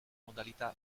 modalità